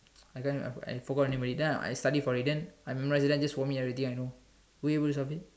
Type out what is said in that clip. I can't I forgot forgot on it but it then out I study for it then I memorize it then just vomit already I know way most of it